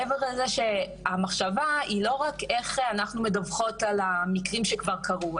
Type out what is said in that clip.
מעבר לזה שהמחשבה היא לא רק איך אנחנו מדווחות על המקרים שכבר קרו,